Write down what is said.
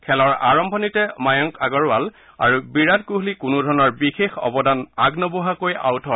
খেলৰ আৰম্ভণিতে ময়ংক আগৰৱাল আৰু বিৰাট কোহলি কোনোধৰণৰ বিশেষ অৱদান আগনবঢ়োৱাকৈ আউট হয়